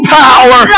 power